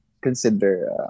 consider